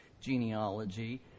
genealogy